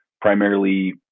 primarily